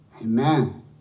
Amen